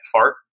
fart